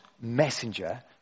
messenger